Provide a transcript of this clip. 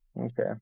Okay